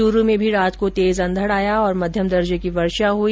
च्रू में भी रात को तेज अंधड आया और मध्यम दर्जे की वर्षा हुई